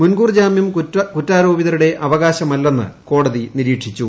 മുൻകൂർ ജാമ്യം കുറ്റാരോപിതരുടെ അവകാശമല്ലെന്ന് കോടതി നിരീക്ഷിച്ചു